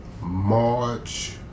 March